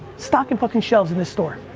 stocking fucking shelves in the store.